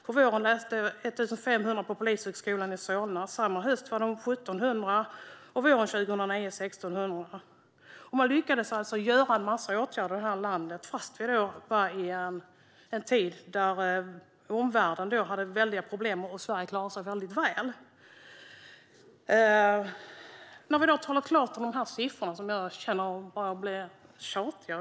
På våren var det 1 500 som gick på Polishögskolan i Solna. Samma höst var det 1 700 studenter, och våren 2009 var det 1 600. Man lyckades alltså vidta en massa åtgärder här i landet fast det var en tid då omvärlden hade väldiga problem, och Sverige klarade sig väl. När vi har talat klart om dessa siffror känner jag att de blir tjatiga.